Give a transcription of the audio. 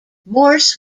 morse